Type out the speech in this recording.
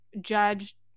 judge